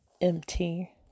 empty